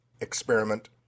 experiment